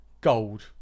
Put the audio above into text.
gold